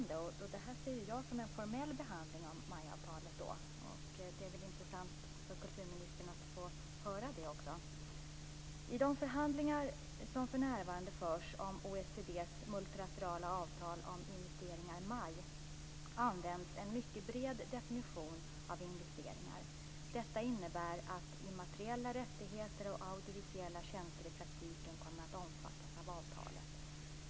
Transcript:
Det här ser jag som en formell behandling av MAI-avtalet, och det är väl intressant för kulturministern att få höra det också: "I de förhandlingar som för närvarande förs om OECD:s multilaterala avtal om investeringar används en mycket bred definition av investeringar. Detta innebär att immateriella rättigheter och audiovisuella tjänster i praktiken kommer att omfattas av avtalet.